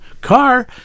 car